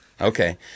Okay